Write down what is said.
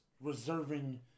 reserving